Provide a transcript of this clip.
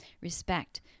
respect